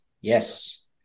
Yes